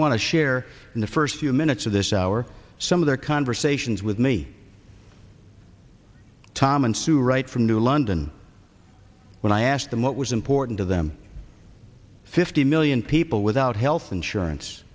want to share in the first few minutes of this hour some of their conversations with me tom and sue wright from new london when i asked them what was important to them fifty million people without health insurance